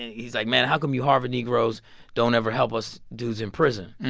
he's like, man, how come you harvard negroes don't ever help us dudes in prison?